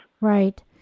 right